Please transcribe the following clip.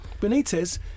Benitez